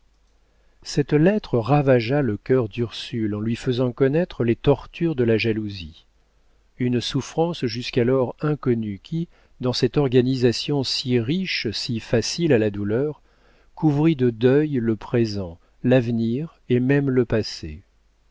cette lettre ravagea le cœur d'ursule en lui faisant connaître les tortures de la jalousie une souffrance jusqu'alors inconnue qui dans cette organisation si riche si facile à la douleur couvrit de deuil le présent l'avenir et même le passé